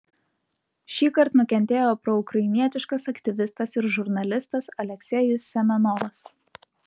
šįkart nukentėjo proukrainietiškas aktyvistas ir žurnalistas aleksejus semenovas